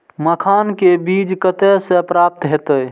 मखान के बीज कते से प्राप्त हैते?